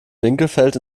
winkelfeld